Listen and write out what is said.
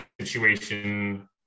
situation